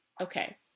okay